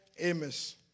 Amos